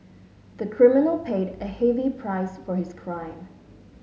the criminal paid a heavy price for his crime